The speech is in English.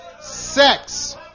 Sex